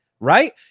Right